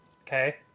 okay